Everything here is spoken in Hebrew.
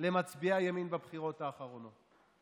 למצביעי הימין בבחירות האחרונות,